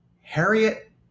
Harriet